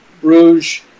Bruges